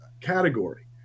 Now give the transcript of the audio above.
category